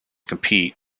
compete